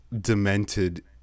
demented